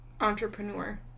Entrepreneur